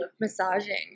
massaging